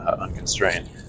unconstrained